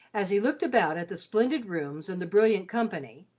as he looked about at the splendid rooms and the brilliant company,